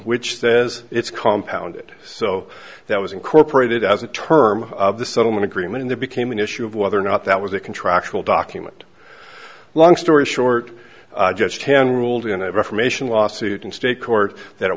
which says it's compound it so that was incorporated as a term of the settlement agreement in the became an issue of whether or not that was a contractual document long story short just ten rules are going to reformation lawsuit in state court that it